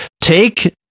Take